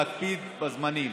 להקפיד בזמנים.